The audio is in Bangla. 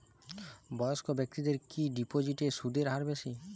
বয়স্ক ব্যেক্তিদের কি ডিপোজিটে সুদের হার বেশি?